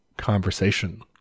conversation